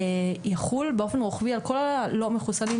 יחול באופן רוחבי על כל הלא מחוסנים,